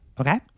Okay